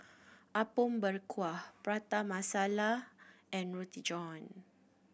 Apom Berkuah Prata Masala and Roti John